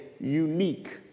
unique